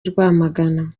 rwamagana